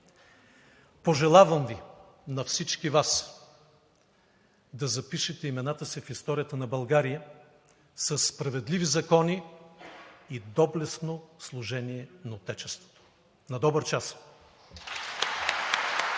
Пожелавам на всички Вас да запишете имената си в историята на България със справедливи закони и доблестно служение на Отечеството. На добър час! (Бурни